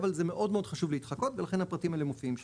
אבל זה מאוד מאוד חשוב להתחקות ולכן הפרטים האלה מופיעים שם.